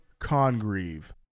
Congreve